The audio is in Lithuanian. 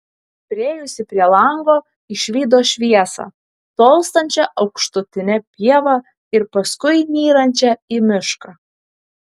priėjusi prie lango išvydo šviesą tolstančią aukštutine pieva ir paskui nyrančią į mišką